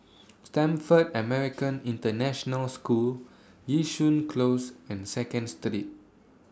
Stamford American International School Yishun Close and Seconds today